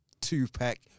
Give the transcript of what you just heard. two-pack